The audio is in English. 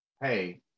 hey